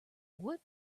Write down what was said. would